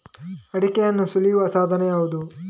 ಅಡಿಕೆಯನ್ನು ಸುಲಿಯುವ ಸಾಧನ ಯಾವುದು?